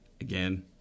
again